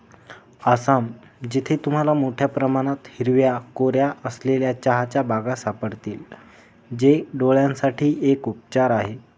आसाम, जिथे तुम्हाला मोठया प्रमाणात हिरव्या कोऱ्या असलेल्या चहाच्या बागा सापडतील, जे डोळयांसाठी एक उपचार आहे